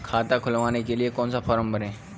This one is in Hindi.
खाता खुलवाने के लिए कौन सा फॉर्म भरें?